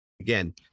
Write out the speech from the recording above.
again